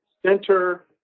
center